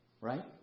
Right